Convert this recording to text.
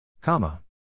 Comma